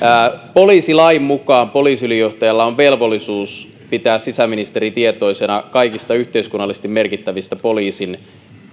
poliisilain mukaan poliisiylijohtajalla on velvollisuus pitää sisäministeri tietoisena kaikista yhteiskunnallisesti merkittävistä poliisin